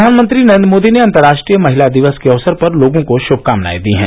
प्रधानमंत्री नरेन्द्र मोदी ने अंतर्राष्ट्रीय महिला दिवस के अवसर पर लोगों को श्भकामनाएं दी हैं